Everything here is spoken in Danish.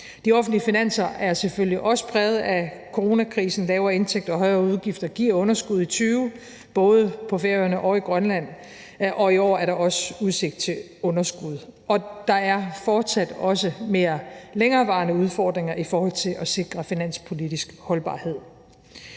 De offentlige finanser er selvfølgelig også præget af coronakrisen. Lavere indtægter og højere udgifter giver underskud i 2020, både på Færøerne og i Grønland, og i år er der også udsigt til underskud. Der er fortsat også længerevarende udfordringer i forhold til at sikre finanspolitisk holdbarhed.